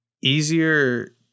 easier